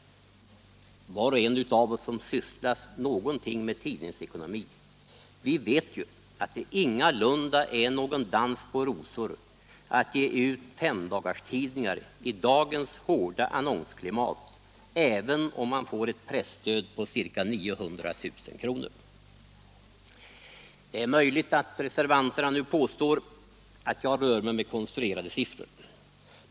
Var och en av oss som sysslat något med tidningsekonomi vet att det ingalunda är någon dans på rosor att ge ut femdagarstidningar i dagens hårda annonsklimat, även om man får ett presstöd på ca 900 000 kr. Det är möjligt att reservanterna nu påstår att jag rör mig med konstruerade siffror.